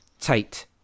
Tight